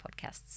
podcasts